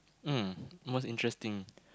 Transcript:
mm most interesting